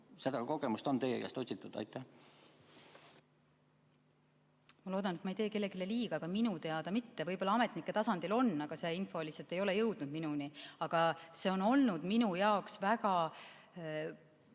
seda kogemust on teie käest uuritud? Ma loodan, et ma ei tee kellelegi liiga, aga minu teada mitte. Võib-olla ametnike tasandil on, aga see info lihtsalt ei ole jõudnud minuni. Aga see on olnud minu jaoks väga